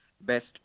best